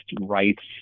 rights